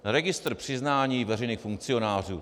Registr přiznání veřejných funkcionářů.